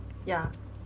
ya